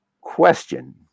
Question